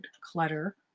clutter